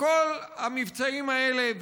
בכל המבצעים האלה,